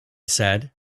said